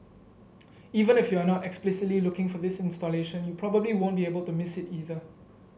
even if you are not explicitly looking for this installation you probably won't be able to miss it either